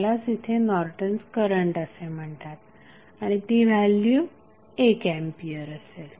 त्यालाच येथे Norton's current असे म्हणतात आणि ती व्हॅल्यू 1 एंपियर मिळेल